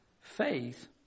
faith